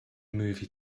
movie